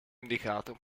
indicato